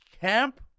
camp